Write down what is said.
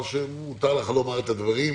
מותר לך לומר את הדברים,